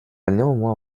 néanmoins